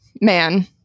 Man